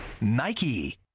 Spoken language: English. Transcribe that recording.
Nike